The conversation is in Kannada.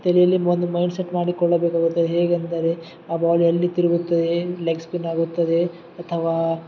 ತಲೇಲಿ ಒಂದು ಮೈಂಡ್ ಸೆಟ್ ಮಾಡಿಕೊಳ್ಳಬೇಕಾಗುತ್ತದೆ ಹೇಗೆಂದರೆ ಆ ಬಾಲ್ ಎಲ್ಲಿ ತಿರುಗುತ್ತದೆ ಲೆಗ್ ಸ್ಪಿನ್ ಆಗುತ್ತದೆ ಅಥವಾ